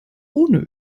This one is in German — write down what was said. ohne